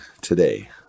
today